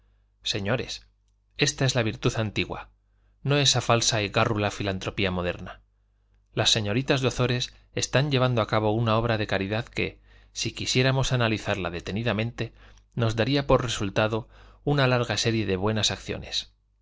señores esta es la virtud antigua no esa falsa y gárrula filantropía moderna las señoritas de ozores están llevando a cabo una obra de caridad que si quisiéramos analizarla detenidamente nos daría por resultado una larga serie de buenas acciones